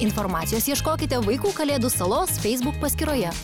informacijos ieškokite vaikų kalėdų salos feisbuk paskyroje